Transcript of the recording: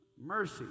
mercy